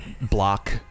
Block